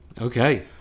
Okay